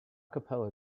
capella